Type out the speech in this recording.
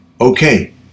okay